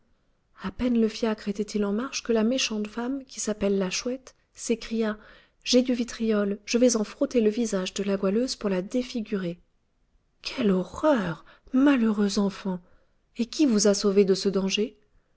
à peine le fiacre était-il en marche que la méchante femme qui s'appelle la chouette s'écria j'ai du vitriol je vais en frotter le visage de la goualeuse pour la défigurer quelle horreur malheureuse enfant et qui vous a sauvée de ce danger